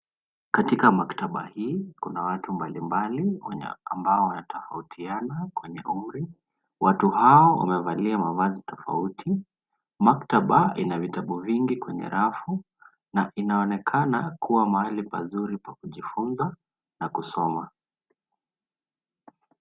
Katika maktaba hii, kuna watu mbali mbali , ambao wanatofautiana kwenye umri. Watu hao wamevalia mavazi tofauti. Maktaba ina vitabu vingi kwenye rafu, na inaonekana kua mahali pazuri pa kujifunza na kusoma.